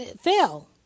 fell